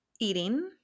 eating